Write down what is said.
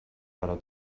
però